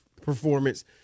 performance